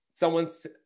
someone's